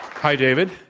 hi, david.